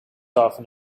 often